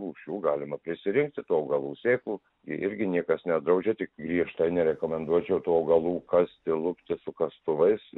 rūšių galima prisirinkti tų augalų sėklų jie irgi niekas nedraudžia tik griežtai nerekomenduočiau tų augalų kasti lupti su kastuvais